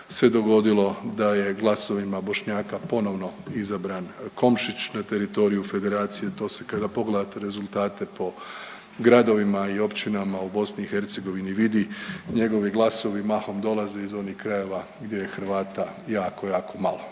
se dogodilo da je glasovima Bošnjaka ponovno izabran Komšić na teritoriju Federacije. To se kada pogledate rezultate po gradovima i općinama u BiH vidi. Njegovi glasovi mahom dolaze iz onih krajeva gdje je Hrvata jako, jako malo.